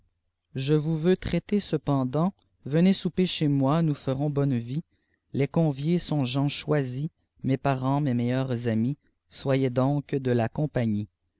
je vous veux traiter cependant venez souper chez moi nous ferons bonne vie les conviés sont gens choisis mes parents mes meilleurs amis soyez donc de la compagnie